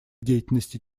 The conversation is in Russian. деятельности